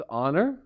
honor